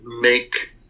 make